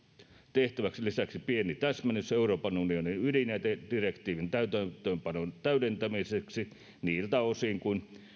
tehtäväksi lisäksi pieni täsmennys euroopan unionin ydinjätedirektiivin täytäntöönpanon täydentämiseksi niiltä osin kuin